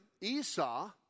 Esau